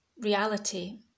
reality